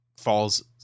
falls